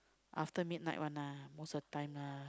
after midnight one ah most of the time lah